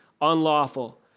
unlawful